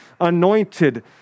anointed